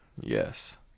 Yes